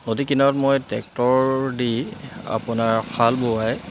নদী কিনাৰত মই ট্ৰেক্টৰ দি আপোনাৰ হাল বোৱাই